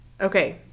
Okay